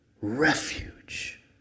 refuge